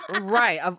Right